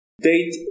Date